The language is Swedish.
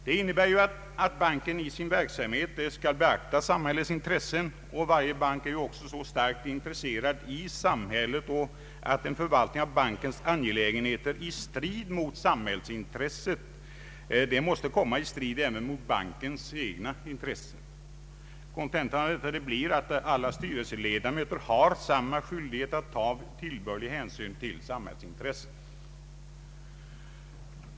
Det innebär att banken i sin verksamhet skall beakta samhällets intressen. Varje bank är ju också så starkt intresserad i samhället att en förvaltning av bankens angelägenheter i strid mot samhällsintresset också måste komma i strid mot bankens egna intressen. Kontentan av detta blir att alla styrelseledamöter har samma skyldighet att ta tillbörlig hänsyn till samhällsintresset.